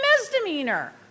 misdemeanor